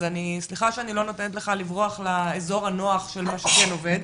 אז סליחה שאני לא נותנת לך לברוח לאזור הנוח של מה שכן עובד,